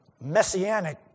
messianic